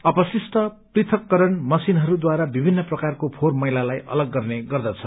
अपशिष्ट पृथककरण मशिनहरूद्वारा विभिन्न प्रकारको फोहोर मैललाई अलग गर्ने गर्दछ